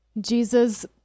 Jesus